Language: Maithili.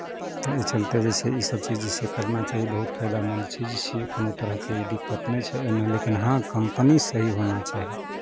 तऽ एहि चलते जे छै इसभ चीज जे छै करना चाही बहुत फाइदामन्द चीज छियै कोनो तरहके जे दिक्कत नहि छै एहिमे लेकिन हँ कंपनी सही होना चाही